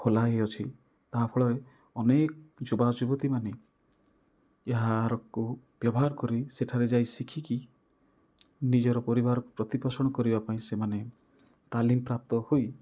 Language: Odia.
ଖୋଲା ହେଇଅଛି ତାହା ଫଳରେ ଅନେକ ଯୁବା ଯୁବତୀମାନେ ଏହା ହାରକୁ ବ୍ୟବହାର କରି ସେଠାରେ ଯାଇଁ ଶିଖିକି ନିଜର ପରିବାର ପ୍ରତିପୋଷଣ କରିବା ପାଇଁ ସେମାନେ ତାଲିମପ୍ରାପ୍ତ ହୋଇ